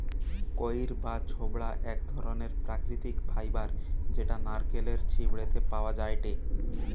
কইর বা ছোবড়া এক ধরণের প্রাকৃতিক ফাইবার যেটা নারকেলের ছিবড়ে তে পাওয়া যায়টে